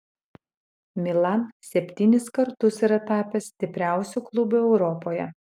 milan septynis kartus yra tapęs stipriausiu klubu europoje